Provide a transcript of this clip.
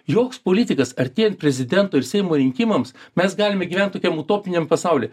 joks politikas artėjant prezidento ir seimo rinkimams mes galime gyvent tokiam utopiniam pasaulyje